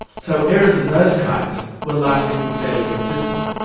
so errors of those kinds were likely to be fairly consistent.